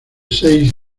seis